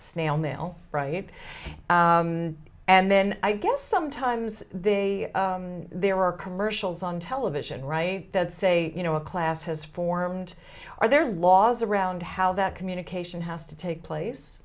snail mail right and then i guess sometimes they there are commercials on television right that say you know a class has formed or there are laws around how that communication has to take